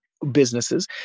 businesses